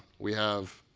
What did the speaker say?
we have